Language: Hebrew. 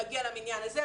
מגיע למניין הזה,